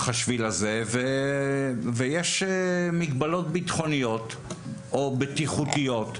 שביל הצפון ויש מגבלות ביטחוניות או בטיחותיות,